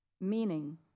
Meaning